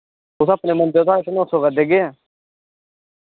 तुस अपने बंदे ओ ते अस नौ सौ कर देग्गे ऐं